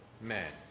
men